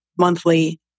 monthly